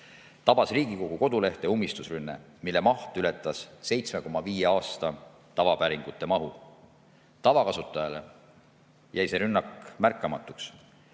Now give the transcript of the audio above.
tabas Riigikogu kodulehte ummistusrünne, mille maht ületas 7,5 aasta tavapäringute mahu. Tavakasutajale jäi see rünne märkamatuks